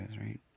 right